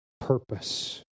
purpose